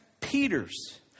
Peter's